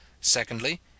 Secondly